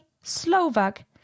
Slovak